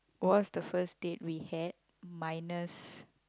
what was the first date we had minus